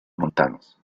montanos